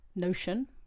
notion